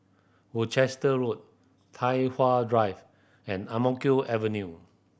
Worcester Road Tai Hwan Drive and Ang Mo Kio Avenue